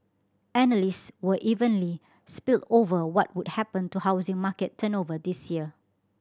analyst were evenly split over what would happen to housing market turnover this year